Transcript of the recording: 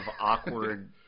awkward